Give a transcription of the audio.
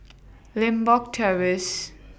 Limbok Terrace